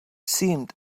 seemed